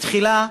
תחילה,